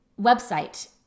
website